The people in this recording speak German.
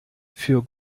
für